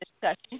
discussion